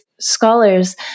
scholars